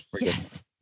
Yes